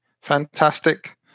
fantastic